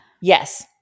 Yes